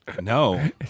no